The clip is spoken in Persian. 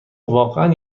واقعا